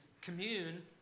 commune